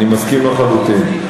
אני מסכים לחלוטין.